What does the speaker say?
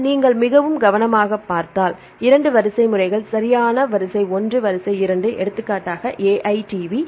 இதை நீங்கள் மிகவும் கவனமாகப் பார்த்தால் 2 வரிசைமுறைகள் சரியான வரிசை 1 வரிசை 2 எடுத்துக்காட்டாக AITV